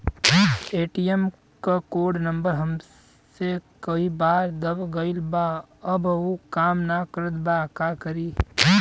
ATM क code number हमसे कई बार दब गईल बा अब उ काम ना करत बा हम का करी?